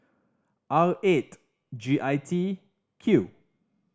R eight G I T Q